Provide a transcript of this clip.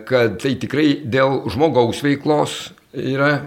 kad tai tikrai dėl žmogaus veiklos yra